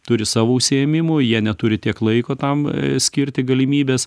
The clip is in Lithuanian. turi savų užsiėmimų jie neturi tiek laiko tam skirti galimybės